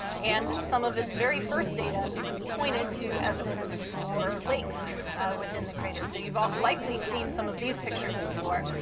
and some of its very first data pointed to evidence for lakes within the crater. so you've ah likely seen some of these pictures before.